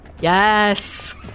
Yes